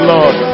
Lord